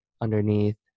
underneath